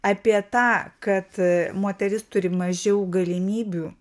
apie tą kad a moteris turi mažiau galimybių